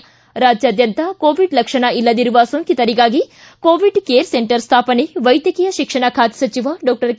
್ರ ರಾಜ್ಞಾದ್ಗಂತ ಕೋವಿಡ್ ಲಕ್ಷಣ ಇಲ್ಲದಿರುವ ಸೋಂಕಿತರಿಗಾಗಿ ಕೋವಿಡ್ ಕೇರ್ ಸೆಂಟರ್ ಸ್ಥಾಪನೆ ವೈದ್ಯಕೀಯ ಶಿಕ್ಷಣ ಖಾತೆ ಸಚಿವ ಡಾಕ್ಷರ್ ಕೆ